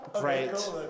great